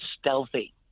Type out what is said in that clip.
stealthy